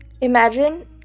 imagine